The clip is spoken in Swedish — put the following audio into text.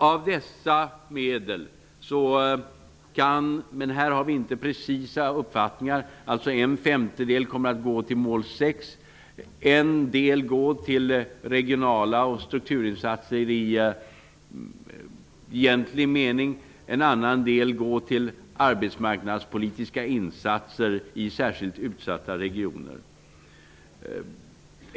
Av dessa medel kommer -- men här har vi inte precisa uppfattningar -- en femtedel att gå till mål 6, en del till regionala insatser och strukturinsatser i egentlig mening och en del till arbetsmarknadspolitiska insatser i särskilt utsatta regioner.